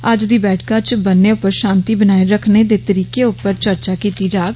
अज्ज दी बैठका च बन्ने उप्पर शांति बनाए रक्खने दे तरीके उप्पर चर्चा किती जाग